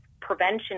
prevention